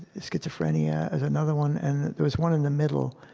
schizophrenia is another one and there was one in the middle,